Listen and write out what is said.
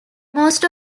most